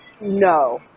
No